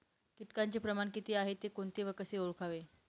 किटकांचे प्रकार किती आहेत, ते कोणते व कसे ओळखावे?